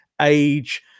Age